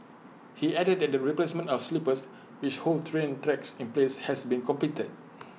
he added that the replacement of sleepers which hold train tracks in place has been completed